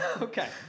Okay